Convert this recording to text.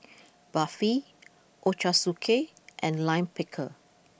Barfi Ochazuke and Lime Pickle